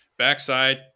backside